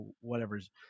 whatever's